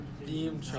theme